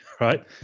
right